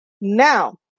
Now